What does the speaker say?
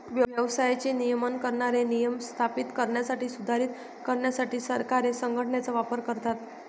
व्यवसायाचे नियमन करणारे नियम स्थापित करण्यासाठी, सुधारित करण्यासाठी सरकारे संघटनेचा वापर करतात